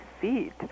feet